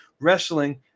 wrestling